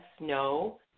no